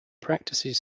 practices